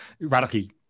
radically